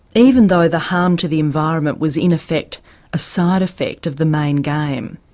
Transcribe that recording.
even though the harm to the environment was in effect a side effect of the main game.